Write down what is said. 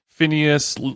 Phineas